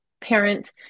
parent